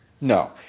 no